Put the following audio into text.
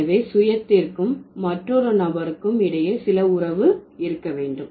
எனவே சுயத்திற்கும் மற்றொரு நபருக்கும் இடையே சில உறவு இருக்க வேண்டும்